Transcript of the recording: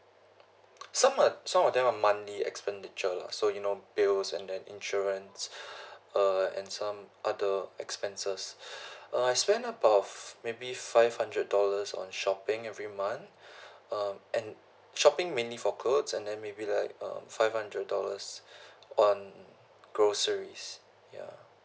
some are some of them are monthly expenditure lah so you know bills and then insurance uh and some other expenses I spend about maybe five hundred dollars on shopping every month um and shopping mainly for clothes and then maybe like um five hundred dollars on groceries ya